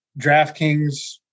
DraftKings